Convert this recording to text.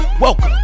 Welcome